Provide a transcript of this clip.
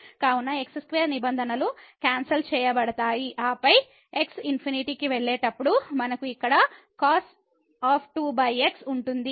కావున x2 నిబంధనలు cancel చేయబడతాయి ఆపై x ∞ కి వెళ్ళేటప్పుడు మనకు ఇక్కడ cos ఉంటుంది